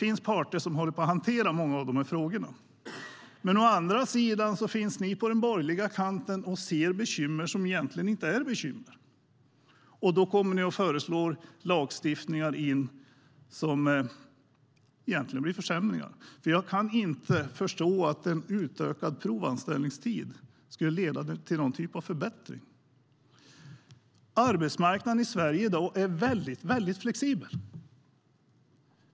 Många av frågorna håller på att hanteras av parterna. Arbetsmarknaden i Sverige är flexibel.